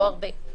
לא הרבה.